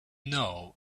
know